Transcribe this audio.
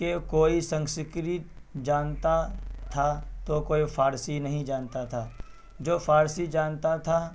کہ کوئی سنکسکرت جانتا تھا تو کوئی فارسی نہیں جانتا تھا جو فارسی جانتا تھا